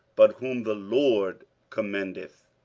but whom the lord commendeth.